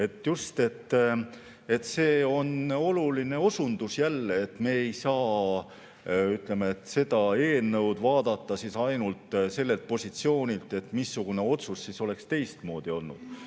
Just, see on oluline osundus jälle, et me ei saa seda eelnõu vaadata siis ainult sellelt positsioonilt, missugune otsus oleks teistmoodi olnud,